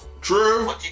true